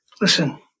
Listen